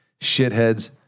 shitheads